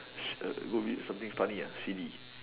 s~ err go read something funny ah C_D